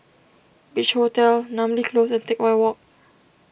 Beach Hotel Namly Close and Teck Whye Walk